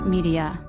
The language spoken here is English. Media